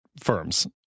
firms